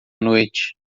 noite